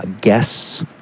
guests